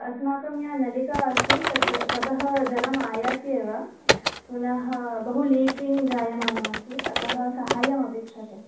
अस्माकं या नलिका अस्ति तत् ततः जलम् आयाति एव पुनः बहु लीकिङ्ग् जायमानमस्ति अतः साहाय्यमपेक्षते